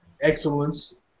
excellence